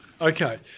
Okay